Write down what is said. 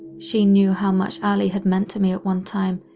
she knew how much allie had meant to me at one time,